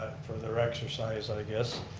for their exercise i guess,